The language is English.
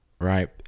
Right